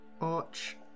Arch